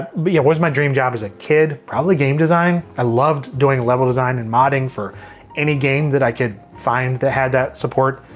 but yeah, what was my dream job as a kid? probably game design, i loved doing level design and modding for any game that i could find that had that support.